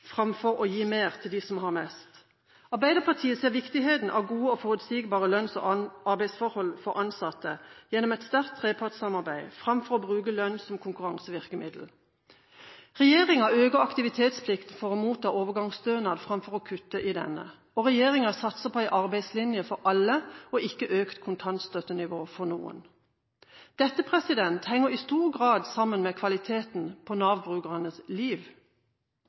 framfor å gi mer til dem som har mest. Arbeiderpartiet ser viktigheten av gode og forutsigbare lønns- og arbeidsforhold for ansatte, gjennom et sterkt trepartssamarbeid, framfor å bruke lønn som konkurransevirkemiddel. Regjeringen øker aktivitetsplikten for å motta overgangsstønad framfor å kutte i denne. Regjeringen satser på en arbeidslinje for alle, og ikke økt kontantstøttenivå for noen. Dette henger i stor grad sammen med kvaliteten på Nav-brukernes liv.